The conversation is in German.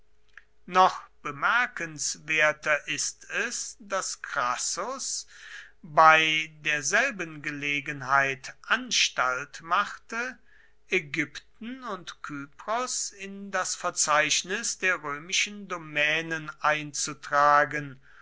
noch bemerkenswerter ist es daß crassus bei derselben gelegenheit anstalt machte ägypten und kypros in das verzeichnis der römischen domänen einzutragen